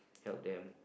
help them